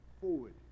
forward